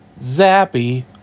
Zappy